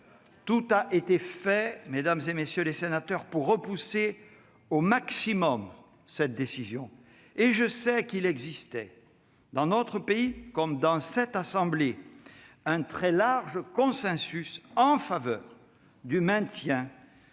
Tout a été fait, mesdames, messieurs les sénateurs, pour repousser au maximum cette décision. Je sais qu'il existait dans notre pays, comme dans cette assemblée, un très large consensus en faveur du maintien